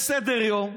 יש סדר-יום,